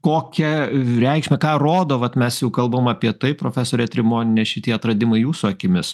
kokią reikšmę ką rodo vat mes jau kalbam apie tai profesore trimoniene šitie atradimai jūsų akimis